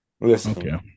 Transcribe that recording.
Listen